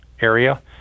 area